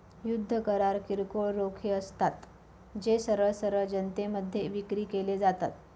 युद्ध करार किरकोळ रोखे असतात, जे सरळ सरळ जनतेमध्ये विक्री केले जातात